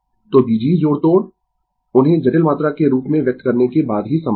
तो बीजीय जोड़तोड़ उन्हें जटिल मात्रा के रूप में व्यक्त करने के बाद ही संभव है